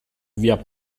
via